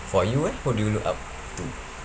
for you eh who do you look up to